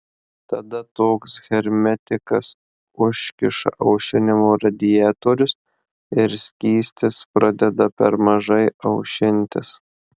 tada toks hermetikas užkiša aušinimo radiatorius ir skystis pradeda per mažai aušintis